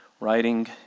Writing